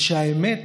והאמת